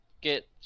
get